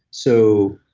so,